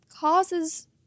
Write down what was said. Causes